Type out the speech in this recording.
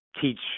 teach